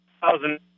thousand